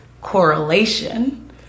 correlation